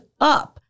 up